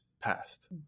past